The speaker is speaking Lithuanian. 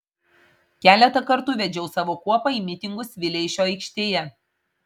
keletą kartų vedžiau savo kuopą į mitingus vileišio aikštėje